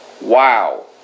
Wow